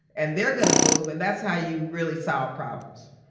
and they're going to move and that's how you really solve problems.